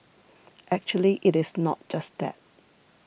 actually it is not just that